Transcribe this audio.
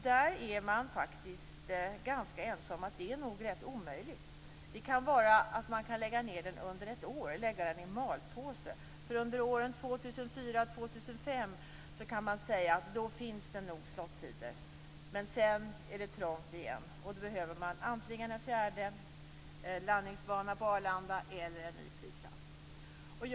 Man är nog ganska ense om att det är rätt omöjligt. Man kan möjligen lägga ned den, eller lägga den i malpåse, under ett år. Under åren 2004-2005 finns det nog slot-tider, men sedan är det trångt igen. Då behöver man antingen en fjärde landningsbana på Arlanda eller en ny flygplats.